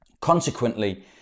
consequently